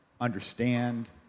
understand